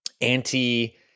anti